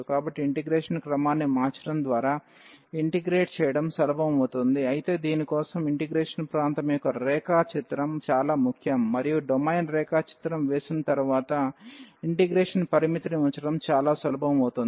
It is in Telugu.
కాబట్టి ఇంటిగ్రేషన్ క్రమాన్ని మార్చడం ద్వారా ఇంటిగ్రేట్ చేయడం సులభం అవుతుంది అయితే దీని కోసం ఇంటిగ్రేషన్ ప్రాంతం యొక్క రేఖ చిత్రం చాలా ముఖ్యం మరియు డొమైన్ రేఖా చిత్రం వేసిన తర్వాత ఇంటిగ్రేషన్ పరిమితిని ఉంచడం చాలా సులభం అవుతుంది